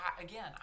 again